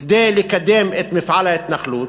כדי לקדם את מפעל ההתנחלות,